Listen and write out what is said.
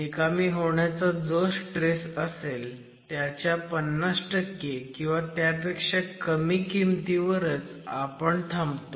निकामी होण्याचा जो स्ट्रेस असेल त्याच्या 50 किंवा त्यापेक्षा कमी किमतीवरच आपण थांबतो